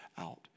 out